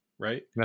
right